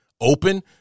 open